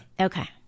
Okay